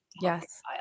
Yes